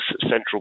central